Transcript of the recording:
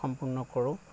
সম্পূৰ্ণ কৰোঁ